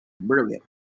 brilliant